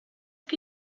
que